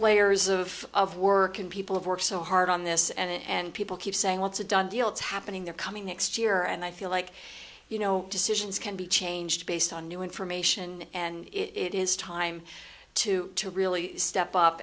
layers of of working people have worked so hard on this and people keep saying well it's a done deal it's happening they're coming next year and i feel like you know decisions can be changed based on new information and it is time to to really step up